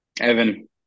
Evan